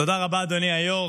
תודה רבה, אדוני היושב-ראש.